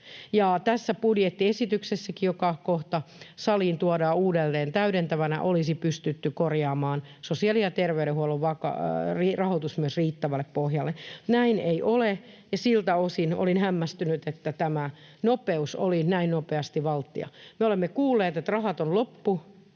Tässä budjettiesityksessäkin, joka kohta saliin tuodaan uudelleen täydentävänä, olisi pystytty korjaamaan sosiaali‑ ja terveydenhuollon rahoitus riittävälle pohjalle. Näin ei ole, ja siltä osin olin hämmästynyt, että tämä nopeus oli näin nopeasti valttia. Me olemme kuulleet, että rahat ovat loppu